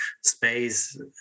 space